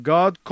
God